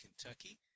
Kentucky